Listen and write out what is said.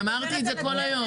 אמרתי את זה כל היום.